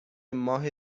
ماه